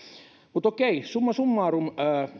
mutta okei summa summarum